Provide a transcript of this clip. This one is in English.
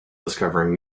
discovering